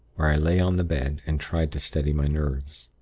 where i lay on the bed, and tried to steady my nerves.